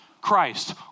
Christ